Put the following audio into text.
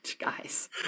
guys